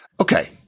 Okay